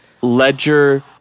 Ledger